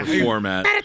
Format